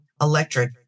electric